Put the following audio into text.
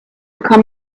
come